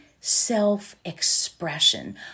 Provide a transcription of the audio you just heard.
self-expression